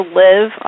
live